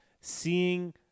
seeing